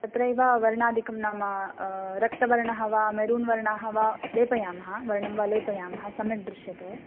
तत्रैव वर्णादिकं नाम रक्तवर्णः वा मेरून् वर्णं वा लेपयामः वर्णं वा लेपयामः सम्यग्दृश्यते